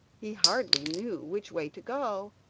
he hardly knew which way to go,